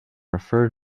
refer